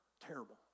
Terrible